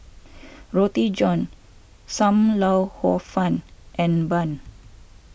Roti John Sam Lau Hor Fun and Bun